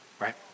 Right